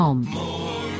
More